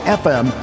fm